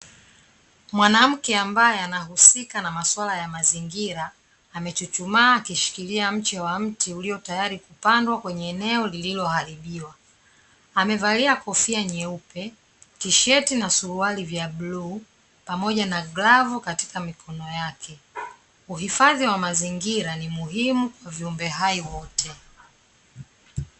Mwanamke ambaye anahusika na masuala ya mazingira, amechuchumaa akishikilia mche wa mti ulio tayari kupandwa kwenye eneo lililoharibiwa. Amevalia kofia nyeupe, tisheti na suruali vya bluu, pamoja na glavu katika mikono yake. Uhifadhi wa mazingira ni muhimu kwa viumbe hai wote.